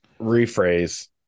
Rephrase